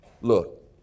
look